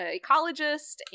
ecologist